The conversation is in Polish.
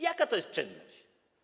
Jaka to jest czynność?